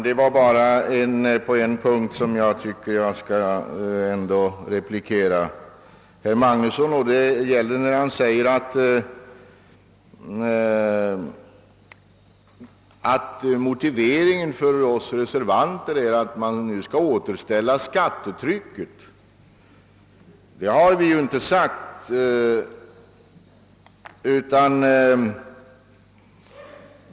Herr talman! På en punkt vill jag gärna replikera herr Magnusson. Han sade att motiveringen för oss reservanter är att återställa skattetrycket. Det har vi inte sagt.